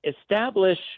establish